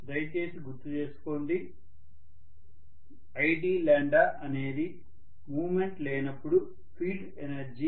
దయచేసి గుర్తు చేసుకోండి idఅనేది మూమెంట్ లేనప్పుడు ఫీల్డ్ ఎనర్జీ